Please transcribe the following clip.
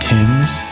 Tim's